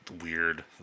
weird